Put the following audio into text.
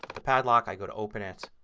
the padlock. i go to open it